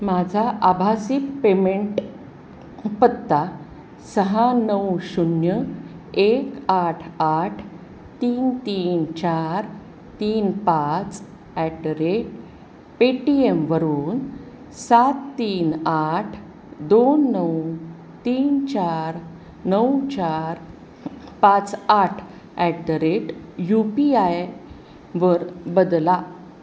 माझा आभासी पेमेंट पत्ता सहा नऊ शून्य एक आठ आठ तीन तीन चार तीन पाच ॲट द रेट पेटीएमवरून सात तीन आठ दोन नऊ तीन चार नऊ चार पाच आठ at the rate U P आयवर बदला